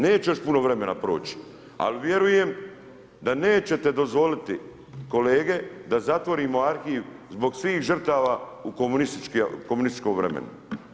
Neće još puno vremena proći, ali vjerujem da nećete dozvoliti kolege da zatvorimo arhiv zbog svih žrtava u komunističkom vremenu.